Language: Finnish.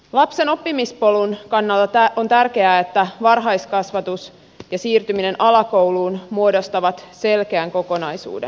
lapsen oppimispolun kannalta on tärkeää että varhaiskasvatus ja siirtyminen alakouluun muodostavat selkeän kokonaisuuden